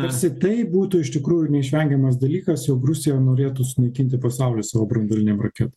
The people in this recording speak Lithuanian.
tarsi tai būtų iš tikrųjų neišvengiamas dalykas jog rusija norėtų sunaikinti pasaulį savo branduolinėm raket